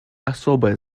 особое